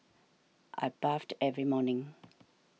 I bathed every morning